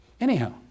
Anyhow